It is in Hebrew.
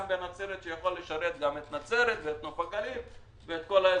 בנצרת שיוכל לשרת את נצרת ואת נוף הגליל ואת כל האזור.